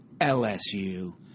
LSU